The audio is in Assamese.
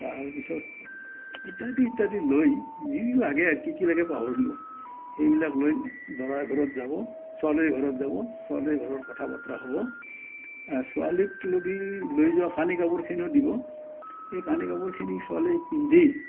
তাৰ পিছত ইত্যাদি ইত্যাদি লৈ যি লাগে কি কি লাগে পাহৰিলোঁ সেইবিলাক লৈ দৰাৰ ঘৰত যাব ছোৱালীৰ ঘৰত যাব ছোৱালীৰ ঘৰত কথা বাতৰা হ'ব ছোৱালীক লগি লৈ যোৱা কানি কাপোৰখিনিও দিব এই কানি কাপোৰখিনি ছোৱালী পিন্ধি